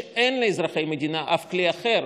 כשאין לאזרחי המדינה אף כלי אחר,